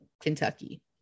Kentucky